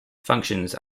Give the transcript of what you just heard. functions